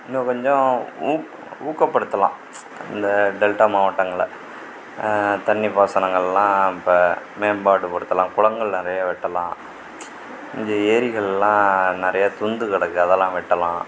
இன்னும் கொஞ்சம் ஊக் ஊக்கப்படுத்தலாம் இந்த டெல்டா மாவட்டங்களை தண்ணி பாசனங்களெலாம் இப்போ மேம்பாடு படுத்தலாம் குளங்கள் நிறையா வெட்டலாம் இங்கே ஏரிகளெலாம் நிறையா துந்து கிடக்கு அதெல்லாம் வெட்டலாம்